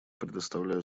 предоставляю